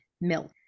milk